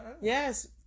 Yes